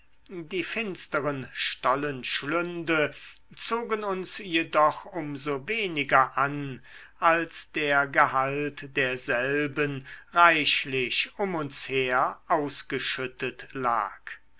die finsteren stollenschlünde zogen uns jedoch um so weniger an als der gehalt derselben reichlich um uns her ausgeschüttet lag